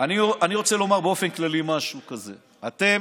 אני רוצה לומר באופן כללי משהו כזה, אתם